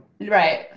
Right